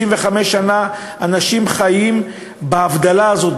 65 שנה אנשים חיים בהבדלה הזאת,